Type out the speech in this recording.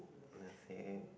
then say